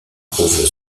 trouve